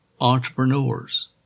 entrepreneurs